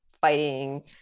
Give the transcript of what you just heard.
fighting